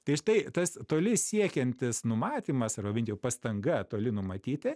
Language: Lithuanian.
tai štai tas toli siekiantis numatymas arba bent jau pastanga toli numatyti